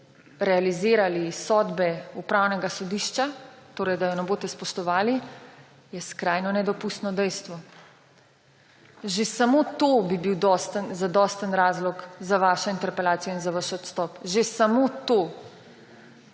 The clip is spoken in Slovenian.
realizirali sodbe Upravnega sodišča, torej da je ne boste spoštovali, je skrajno nedopustno dejstvo. Že samo to bi bil zadosten razlog za vašo interpelacijo in za vaš odstop. Že samo to.